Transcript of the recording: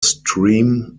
stream